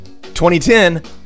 2010